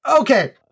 Okay